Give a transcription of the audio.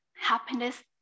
Happiness